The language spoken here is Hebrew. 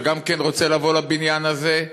שגם כן רוצה לבוא לבניין הזה,